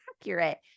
accurate